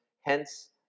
hence